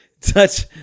Touch